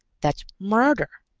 that's murder!